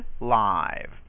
live